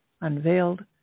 unveiled